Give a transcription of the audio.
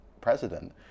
president